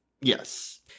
Yes